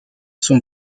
son